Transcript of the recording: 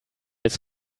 its